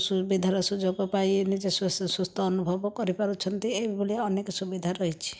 ସୁବିଧାର ସୁଯୋଗ ପାଇ ନିଜେ ସୁସ୍ଥ ଅନୁଭବ କରିପାରୁଛନ୍ତି ଏହିଭଳିଆ ଅନେକ ସୁବିଧା ରହିଛି